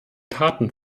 taten